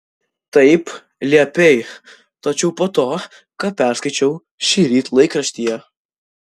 taip liepei tačiau po to ką perskaičiau šįryt laikraštyje